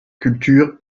cultures